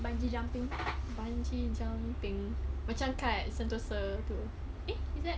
bungee jumping bungee jumping macam kat sentosa tu eh is that